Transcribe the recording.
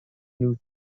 new